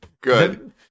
Good